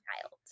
child